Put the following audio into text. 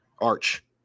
Arch